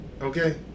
okay